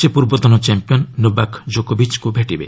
ସେ ପୂର୍ବତନ champion Novak ଜୋକୋବିଚ୍ଙ୍କୁ ଭେଟିବେ